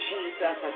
Jesus